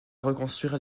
reconstruire